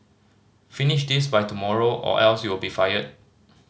finish this by tomorrow or else you'll be fired